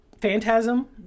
Phantasm